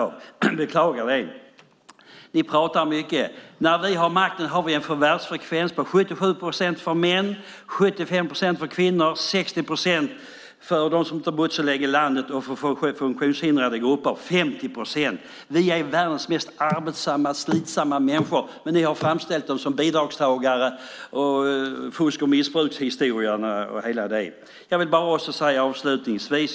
Jag beklagar det. Ni pratar mycket. När vi har makten har vi en förvärvsfrekvens på 77 procent för män, 75 procent för kvinnor, 60 procent för dem som inte har bott så länge i landet och 50 procent för funktionshindrade grupper. Vi är världens mest arbetsamma människor. Men ni har framställt oss som bidragstagare, och jag tänker på fusk och missbrukshistorierna och allt det.